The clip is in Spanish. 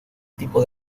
tipo